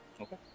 Okay